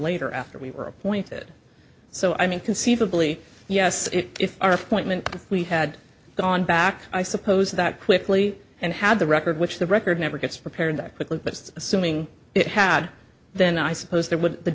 later after we were appointed so i mean conceivably yes if our appointment we had gone back i suppose that quickly and had the record which the record never gets prepared that quickly but that's assuming it had then i suppose they would the